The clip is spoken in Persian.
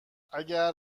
اگر